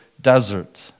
desert